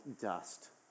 dust